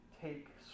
take